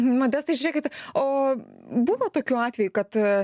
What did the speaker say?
modestai žiūrėkit o buvo tokių atvejų kad